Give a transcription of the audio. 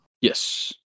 Yes